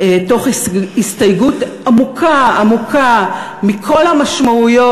תוך הסתייגות עמוקה עמוקה מכל המשמעויות